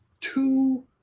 two